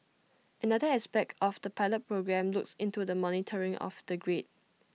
another aspect of the pilot programme looks into the monitoring of the grid